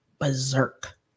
berserk